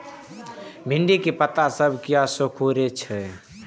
भिंडी के पत्ता सब किया सुकूरे छे?